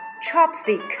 Chopstick